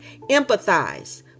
Empathize